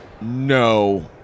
No